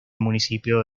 municipio